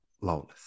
Lawless